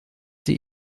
sie